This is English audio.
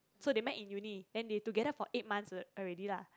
so they met in uni then they together for eight months already lah